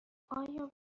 آیا